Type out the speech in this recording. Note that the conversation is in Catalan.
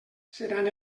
seran